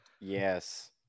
Yes